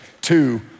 Two